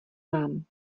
mám